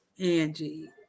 Angie